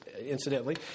Incidentally